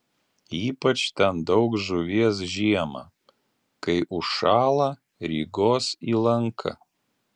ypač ten daug žuvies žiemą kai užšąla rygos įlanka